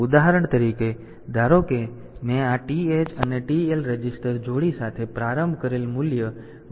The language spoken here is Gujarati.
ઉદાહરણ તરીકે ધારો કે મેં આ TH અને TL રજિસ્ટર જોડી સાથે પ્રારંભ કરેલ મૂલ્ય YYXX હેક્સ છે